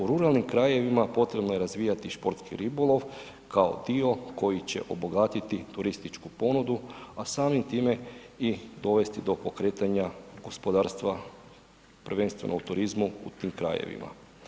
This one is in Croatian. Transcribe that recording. U ruralnim krajevima potrebno je razvijati športski ribolov kao dio koji će obogatiti turističku ponudu a samim time i dovesti do pokretanja gospodarstva prvenstveno u turizmu u tim krajevima.